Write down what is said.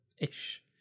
ish